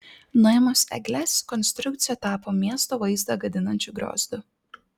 nuėmus egles konstrukcija tapo miesto vaizdą gadinančiu griozdu